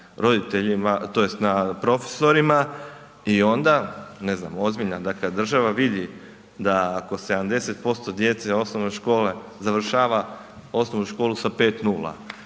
roditeljima tj. na profesorima i onda ne znam ozbiljna dakle država vidi da ako 705 djece osnovne škole završava osnovnu školu sa 5,0,